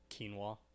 Quinoa